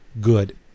good